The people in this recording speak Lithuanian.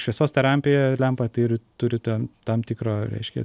šviesos terapija lempa ir turi ten tam tikro reiškia